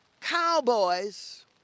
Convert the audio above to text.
Cowboys